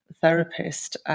therapist